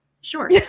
Sure